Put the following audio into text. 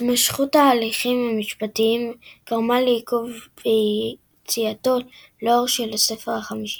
התמשכות ההליכים המשפטיים גרמה לעיכוב ביציאתו לאור של הספר החמישי.